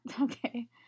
Okay